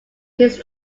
his